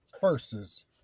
curses